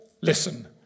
Listen